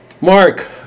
Mark